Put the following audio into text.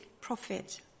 profit